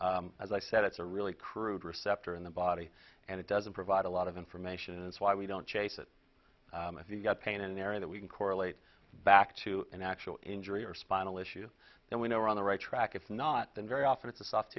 change as i said it's a really crude receptor in the body and it doesn't provide a lot of information it's why we don't chase it if you've got pain in the area that we can correlate back to an actual injury or spinal issue then we know we're on the right track if not then very often it's a soft